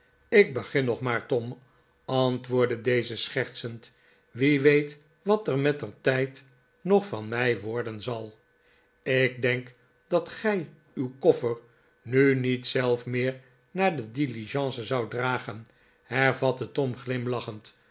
ik begin nog maar tom antwoordde deze schertsend wie weet wat er mettertijd nog van mij worden zal ik denk dat gij uw koffer nu niet zelf meer naar de diligence zoudt dragen hervatte tom glimlachend